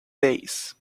days